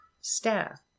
staff